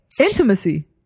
Intimacy